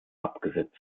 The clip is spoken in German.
abgesetzt